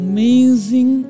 Amazing